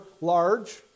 large